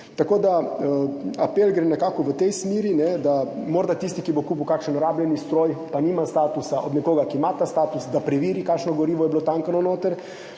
sistem. Apel gre nekako v tej smeri, da morda tisti, ki bo kupil kakšen rabljen stroj, pa nima statusa, od nekoga, ki ima ta status, da preveri, kakšno gorivo je bilo točeno,